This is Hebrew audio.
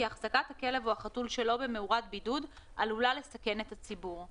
החזקת הכלב או החתול שלא במאורת בידוד עלולה לסכן את הציבור,